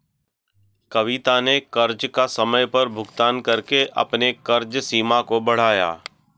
कविता ने कर्ज का समय पर भुगतान करके अपने कर्ज सीमा को बढ़ाया